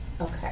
Okay